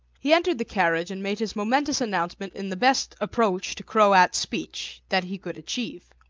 he entered the carriage and made his momentous announcement in the best approach to croat speech that he could achieve.